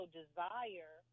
desire